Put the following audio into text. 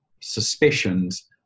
suspicions